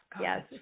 Yes